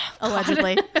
allegedly